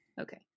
Okay